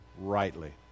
rightly